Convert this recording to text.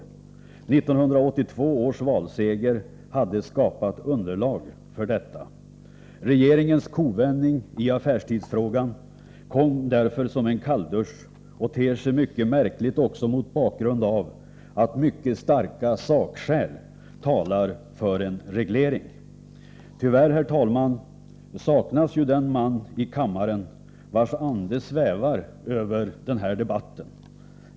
1982 års valseger hade skapat underlag för detta. Regeringens kovändning i affärstidsfrågan kom därför som en kalldusch och ter sig mycket märklig också mot bakgrund av att mycket starka sakskäl talar för en reglering. 167 Tyvärr, herr talman, saknas i kammaren den man vars ande svävar över debatten.